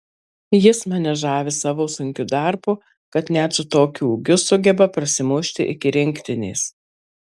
jis mane žavi savo sunkiu darbu kad net su tokiu ūgiu sugeba prasimušti iki rinktinės